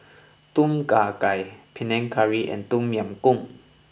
Tom Kha Gai Panang Curry and Tom Yam Goong